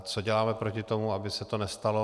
Co děláme proti tomu, aby se to nestalo.